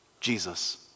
Jesus